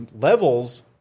levels